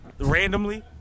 Randomly